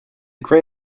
gray